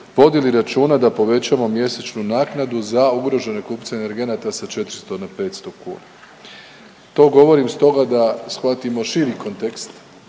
vodili računa da povećamo mjesečnu naknadu za ugrožene kupce energenata sa 400 na 500 kuna. To govorim stoga da shvatimo širi kontekst